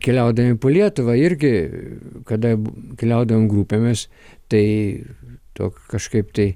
keliaudami po lietuvą irgi kada keliaudavom grupėmis tai to kažkaip tai